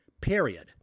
Period